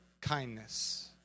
Kindness